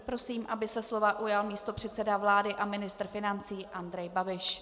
Prosím, aby se slova ujal místopředseda vlády a ministr financí Andrej Babiš.